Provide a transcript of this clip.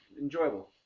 enjoyable